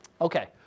Okay